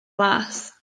las